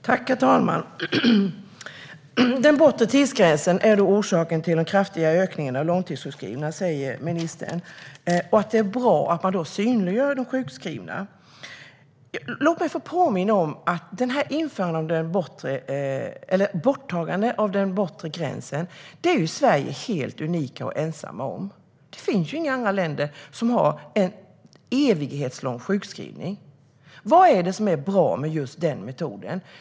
Herr talman! Ministern säger att den bortre tidsgränsen är orsaken till den kraftiga ökningen av antalet långtidssjukskrivna och att det är bra att man synliggör de sjukskrivna. Låt mig få påminna om något när det gäller borttagandet av den bortre gränsen! Sverige är helt unikt och ensamt om detta. Det finns inga andra länder som har en evighetslång sjukskrivning. Vad är det som är bra med just den metoden?